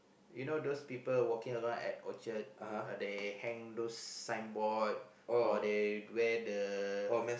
you know those people working a lot at Orchard they hang those signboard or they where the